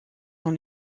dans